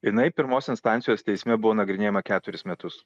jinai pirmos instancijos teisme buvo nagrinėjama keturis metus